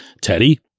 Teddy